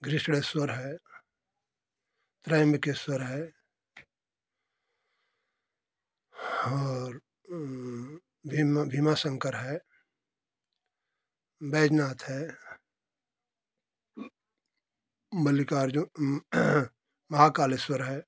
घृष्णेश्वर है त्र्यंबकेश्वर है और भीमा भीमा शंकर है बैजनाथ है मल्लिकार्जुन महाकालेश्वर है